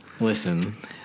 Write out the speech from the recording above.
Listen